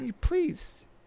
Please